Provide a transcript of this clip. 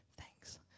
Thanks